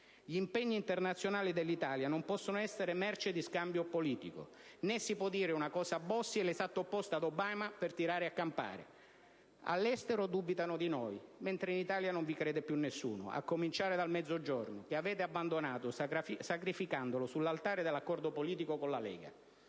Gli impegni internazionali dell'Italia non possono essere merce di scambio politico, né si può dire una cosa a Bossi e l'esatto opposto ad Obama per tirare a campare. All'estero dubitano di noi, mentre in Italia non vi crede più nessuno, a cominciare dal Mezzogiorno, che avete abbandonato sacrificandolo sull'altare dell'accordo politico con la Lega.